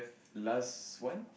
last one